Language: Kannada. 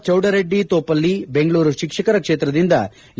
ಚೌಡರೆಡ್ಡಿ ತೂಪಲ್ಲಿ ಬೆಂಗಳೂರು ಶಿಕ್ಷಕರ ಕ್ಷೇತ್ರದಿಂದ ಎ